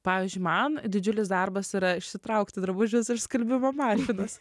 pavyzdžiui man didžiulis darbas yra išsitraukti drabužius iš skalbimo mašinos